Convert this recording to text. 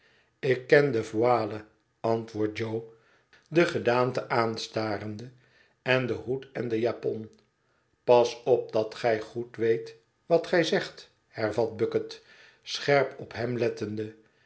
ik ken de voile antwoordt jo de gedaante aanstarende en den hoed en de japon pas op dat gij goed weet wat gij zegt hervat bucket scherp op hem lettende